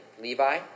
Levi